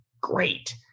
Great